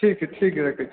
ठीक हय ठीक हय रखै छी